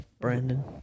Brandon